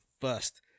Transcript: first